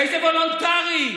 איזה וולונטרי?